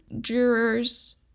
jurors